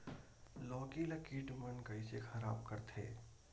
लौकी ला कीट मन कइसे खराब करथे?